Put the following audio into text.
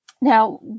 Now